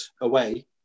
away